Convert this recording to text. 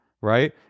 right